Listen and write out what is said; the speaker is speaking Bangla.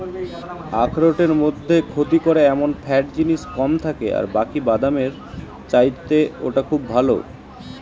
আখরোটের মধ্যে ক্ষতি করে এমন ফ্যাট জিনিস কম থাকে আর বাকি বাদামের চাইতে ওটা খুব ভালো